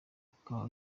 bukaba